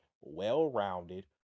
well-rounded